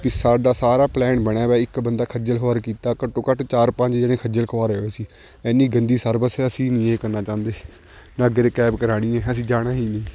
ਵੀ ਸਾਡਾ ਸਾਰਾ ਪਲੈਨ ਬਣਿਆ ਵਾ ਇੱਕ ਬੰਦਾ ਖੱਜਲ ਖੁਆਰ ਕੀਤਾ ਘੱਟੋ ਘੱਟ ਚਾਰ ਪੰਜ ਜਣੇ ਖੱਜਲ ਖੁਆਰ ਹੋਏ ਅਸੀਂ ਇੰਨੀ ਗੰਦੀ ਸਰਵਿਸ ਅਸੀਂ ਨਹੀਂ ਇਹ ਕਰਨਾ ਚਾਹੁੰਦੇ ਨਾਂ ਅੱਗੇ ਤੋਂ ਕੈਬ ਕਰਾਉਣੀ ਹੈ ਅਸੀਂ ਜਾਣਾ ਹੀ ਨਹੀਂ